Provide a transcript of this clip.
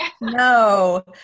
No